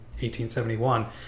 1871